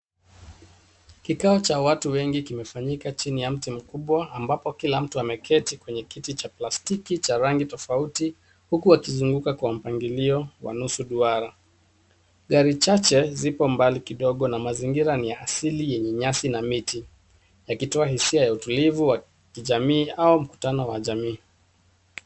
Kikao cha watu wengi kimefanyika chini ya mti mkubwa ambapo kila mtu ameketi kwenye kiti cha plastiki cha rangi tofauti huku wakizunguka kwa mpangilio wa nusu duara. Gari chache zipo mbali kidogo na mazingira ni ya asili yenye nyasi na miti yakitoa hisia ya utulivu wa jamii au mkutano wa kijamii.